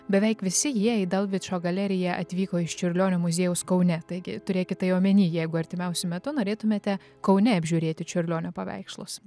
beveik visi jie į dalvičo galeriją atvyko iš čiurlionio muziejaus kaune taigi turėkit tai omeny jeigu artimiausiu metu norėtumėte kaune apžiūrėti čiurlionio paveikslus